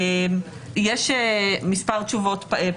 אף אחד לא כופר בזה שצריכה להיות חקיקה,